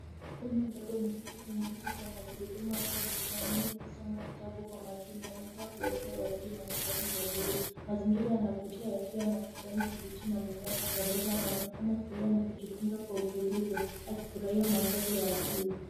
Msichana mdogo ameketi kwenye kiti cha magurudumu akiwa bustanini akisoma kitabu kwa makini. Amevaa blausi ya waridi na suruali la buluu. Mazingira yanavutia yakiwa na kijani kibichi na mimea kupendeza. Anaonekana kutulia na kujifunza kwa utulivu, akifurahia mandhari ya asili.